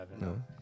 No